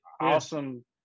awesome